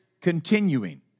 continuing